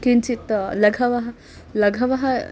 किञ्चित् लघवः लघवः